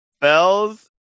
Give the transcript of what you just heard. Bell's